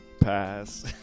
pass